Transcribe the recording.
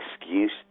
excuse